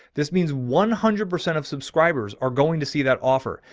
this means one hundred percent of subscribers are going to see that offer.